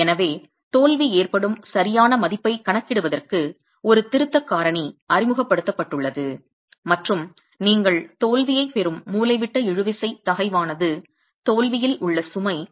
எனவே தோல்வி ஏற்படும் சரியான மதிப்பைக் கணக்கிடுவதற்கு ஒரு திருத்தக் காரணி அறிமுகப்படுத்தப்பட்டுள்ளது மற்றும் நீங்கள் தோல்வியைப் பெறும் மூலைவிட்ட இழுவிசை தகைவானது தோல்வியில் உள்ள சுமை 0